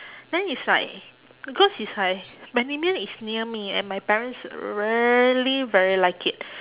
then it's like because it's like bendemeer is near me and my parents really very like it